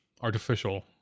artificial